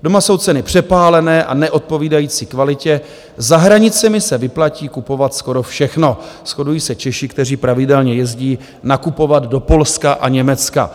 Doma jsou ceny přepálené a neodpovídající kvalitě, za hranicemi se vyplatí kupovat skoro všechno, shodují se Češi, kteří pravidelně jezdí nakupovat do Polska a Německa.